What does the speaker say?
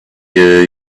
year